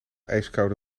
ijskoude